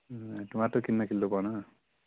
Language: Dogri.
टमाटर किन्ने किल्लो पाना